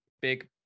big